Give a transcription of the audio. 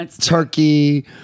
turkey